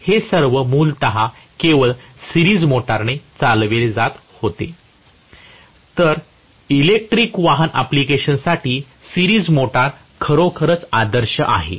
हे सर्व मूलतः केवळ सिरीज मोटरने चालविले होते तर इलेक्ट्रिक वाहन अँप्लिकेशन साठी सिरीज मोटर खरोखरच आदर्श आहे